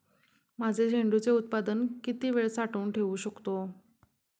माझे झेंडूचे उत्पादन किती वेळ साठवून ठेवू शकतो?